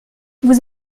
vous